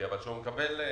שמקבל